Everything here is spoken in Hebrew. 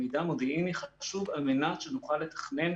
מידע המודיעיני חשוב על מנת שנוכל לתכנן